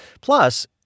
Plus